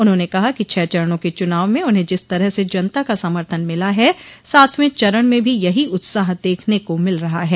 उन्होंने कहा कि छह चरणों के चुनाव में उन्हें जिस तरह से जनता का समर्थन मिला है सातवें चरण में भी यही उत्साह देखने को मिल रहा है